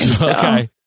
Okay